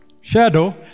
shadow